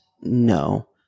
No